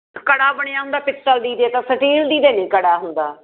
ਕੜਾ ਬਣਿਆ ਹੁੰਦਾ ਪਿੱਤਲ ਦੀ ਜੇ ਤਾਂ ਸਟੀਲ ਦੀ ਦੇ ਨਹੀਂ ਕੜਾ ਹੁੰਦਾ